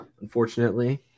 Unfortunately